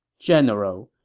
general,